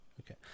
Okay